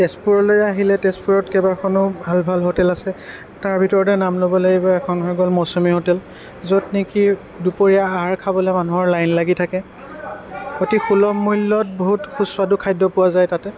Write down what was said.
তেজপুৰলৈ আহিলে তেজপুৰত কেইবাখনো ভাল ভাল হোটেল আছে তাৰ ভিতৰতে নাম ল'ব লাগিব এখন হৈ গ'ল মৌচুমী হোটেল য'ত নেকি দুপৰীয়া আহাৰ খাবলৈ মানুহৰ লাইন লাগি থাকে অতি সুলভ মূল্যত বহুত সুস্বাদু খাদ্য পোৱা যায় তাতে